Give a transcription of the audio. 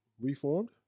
reformed